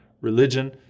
religion